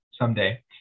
someday